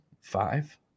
Five